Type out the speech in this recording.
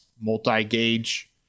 multi-gauge